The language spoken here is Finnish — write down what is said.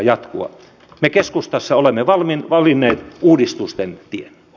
me keskustassa olemme valinneet uudistusten tien